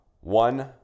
one